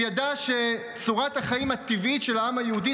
הוא ידע שצורת החיים הטבעית של העם היהודי